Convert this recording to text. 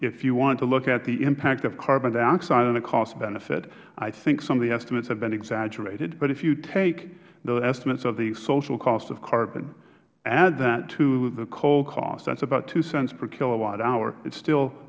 if you want to look at the impact of carbon dioxide on a cost benefit i think some of the estimates have been exaggerated but if you take the estimates of the social cost of carbon add that to the coal cost that is about two cents per kilowatt hour it is still